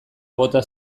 bota